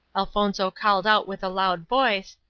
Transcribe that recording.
elfonzo called out with a loud voice,